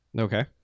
Okay